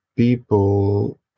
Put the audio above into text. people